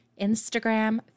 Instagram